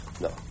no